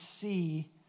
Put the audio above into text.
see